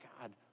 God